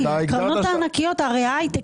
הרי הייטק,